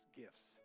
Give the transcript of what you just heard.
gifts